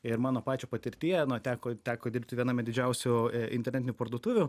ir mano pačio patirtyje teko teko dirbti viename didžiausių internetinių parduotuvių